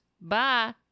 Bye